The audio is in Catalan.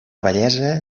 bellesa